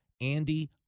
Andy